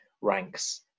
ranks